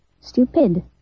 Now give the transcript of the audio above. stupid